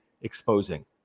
exposing